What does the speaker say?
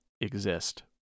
exist